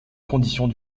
conditions